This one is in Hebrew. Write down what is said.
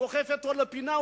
דוחף אותו לפינה,